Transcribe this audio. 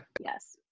Yes